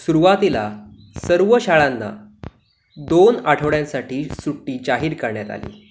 सुरुवातीला सर्व शाळांना दोन आठवड्यांसाठी सुट्टी जाहीर करण्यात आली